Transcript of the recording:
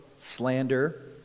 slander